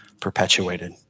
perpetuated